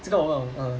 这个我不懂嗯